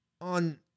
on